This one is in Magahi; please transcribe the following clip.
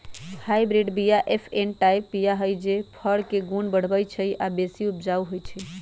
हाइब्रिड बीया एफ वन टाइप बीया हई जे फर के गुण बढ़बइ छइ आ बेशी उपजाउ होइ छइ